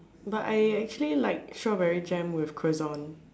but I actually like strawberry jam with croissant